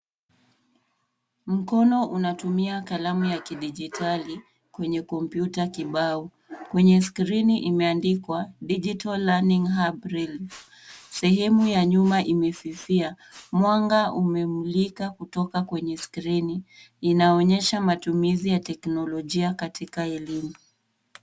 Mkono unatumia kalamu ya kidijitali kwenye kompyuta kibao. Kwenye skrini imeandikwa digital learning hub REIFF . Sehemu ya nyuma imefifia. Mwanga umemulika kutoka kwenye skrini. Inaonyesha matumizi ya teknolojia katika elimu.